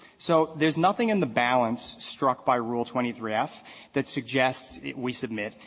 so there's nothing in the balance struck by rule twenty three f that suggests, we submit,